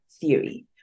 theory